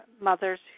mothers